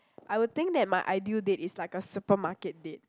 I would think that my ideal date is like a supermarket date